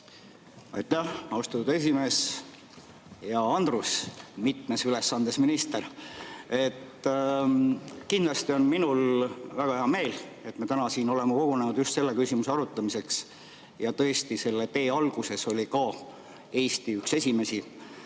austatud esimees! Hea Andres, mitmes ülesandes minister! Kindlasti on minul väga hea meel, et me täna siin oleme kogunenud just selle küsimuse arutamiseks. Ja tõesti, selle tee alguses oli ka Eesti üks esimesi,